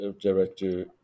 director